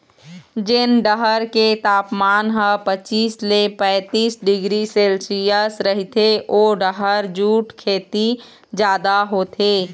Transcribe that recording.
जेन डहर के तापमान ह पचीस ले पैतीस डिग्री सेल्सियस रहिथे ओ डहर जूट खेती जादा होथे